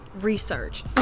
research